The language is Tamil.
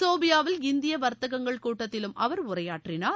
சோஃபியாவில் இந்திய வர்த்தகங்கள் கூட்டத்திலும் அவர் உரையாற்றினார்